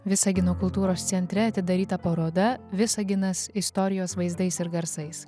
visagino kultūros centre atidaryta paroda visaginas istorijos vaizdais ir garsais